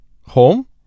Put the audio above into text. home